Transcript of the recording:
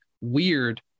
weird